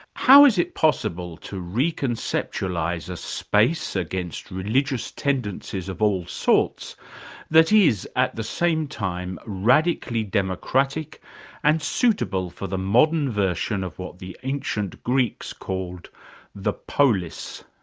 how is it possible to reconceptualise a space against religious tendencies of all sorts that is, at the same time, radically democratic and suitable for the modern version of what the ancient greeks called the polis,